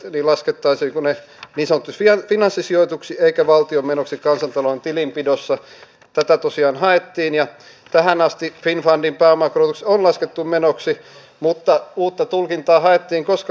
suomessa on laillinen kartelli jossa on määrätty keitä ovat ne apteekkarit jotka saavat yrittää ja tähän asti finnfundin pääomakorotus on laskettu kuinka monta apteekkia saa suomessa olla